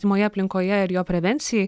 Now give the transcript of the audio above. artimoje aplinkoje ir jo prevencijai